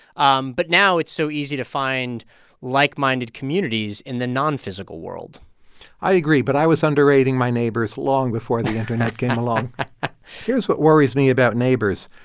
um but now it's so easy to find like-minded communities in the non-physical world i agree. but i was underrating my neighbors long before the internet came along here's what worries me about neighbors.